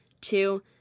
Two